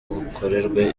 ukorerwe